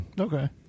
Okay